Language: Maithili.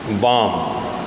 बाम